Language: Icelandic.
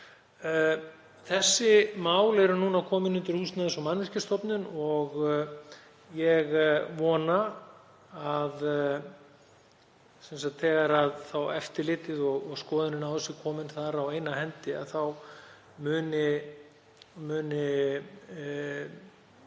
Þessi mál eru nú komin undir Húsnæðis- og mannvirkjastofnun og ég vona að þegar eftirlitið og skoðunin er komin þar á eina hendi muni